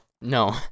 no